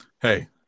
Hey